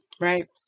Right